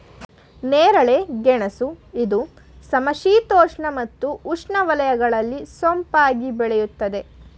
ನೇರಳೆ ಗೆಣಸು ಇದು ಸಮಶೀತೋಷ್ಣ ಮತ್ತು ಉಷ್ಣವಲಯಗಳಲ್ಲಿ ಸೊಂಪಾಗಿ ಬೆಳೆಯುತ್ತದೆ